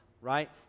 right